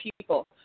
people